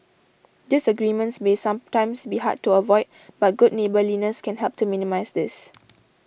disagreements may sometimes be hard to avoid but good neighbourliness can help to minimise this